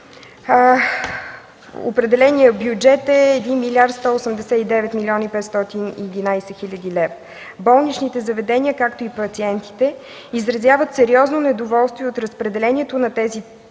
определеният бюджет е 1 млрд. 189 млн. 511 хил. лв. Болничните заведения, както и пациентите, изразяват сериозно недоволство от разпределението на тези